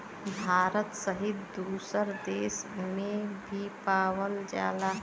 भारत सहित दुसर देस में भी पावल जाला